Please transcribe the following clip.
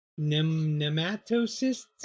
Nematocysts